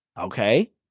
okay